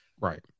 Right